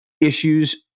issues